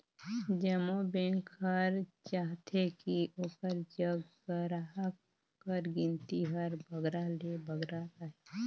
जम्मो बेंक हर चाहथे कि ओकर जग गराहक कर गिनती हर बगरा ले बगरा रहें